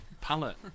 palette